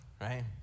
right